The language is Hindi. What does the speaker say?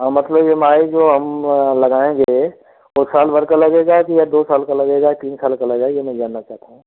हाँ मतलब ई एम आई जो हम लगाएंगे वह साल भर का लगेगा कि या दो साल का लगेगा या तीन साल का लगेगा यह मैं जानना चाहता हूँ